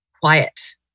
quiet